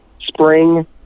spring